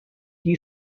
die